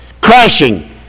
crashing